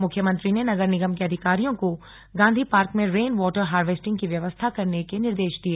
मुख्यमंत्री ने नगर निगम के अधिकारियों को गांधी पार्क में रेन वॉटर हार्वेस्टिंग की व्यवस्था करने के निर्देश दिये